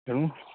ତେଣୁ